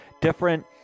different